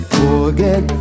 forget